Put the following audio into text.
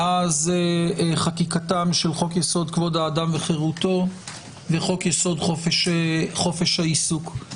מאז חקיקת חוק יסוד: כבוד האדם וחירותו וחוק יסוד: חופש העיסוק.